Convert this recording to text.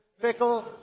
fickle